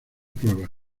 pruebas